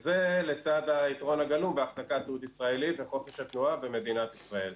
זה לצד היתרון הגלום בהחזקת תיעוד ישראלי וחופש התנועה במדינת ישראל.